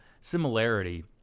similarity